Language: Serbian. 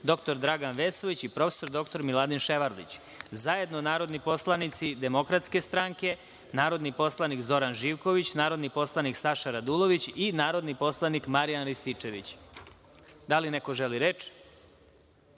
dr Dragan Vesović i prof. dr Miladin Ševarlić, zajedno narodni poslanici DS, narodni poslanik Zoran Živković, narodni poslanik Saša Radulović i narodni poslanik Marijan Rističević. Da li neko želi